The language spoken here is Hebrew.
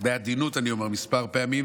בעדינות אני אומר כמה פעמים,